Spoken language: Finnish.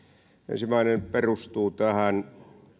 ensimmäinen perustuu tähän